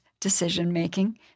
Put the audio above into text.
decision-making